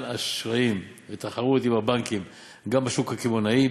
אשראי לתחרות עם הבנקים גם בשוק הקמעונאי,